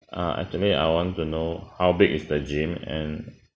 err actually I want to know how big is the gym and